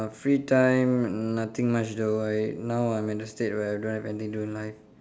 free time nothing much though I now I'm in a state where I don't have anything to do in life